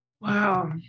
Wow